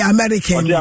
American